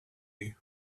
you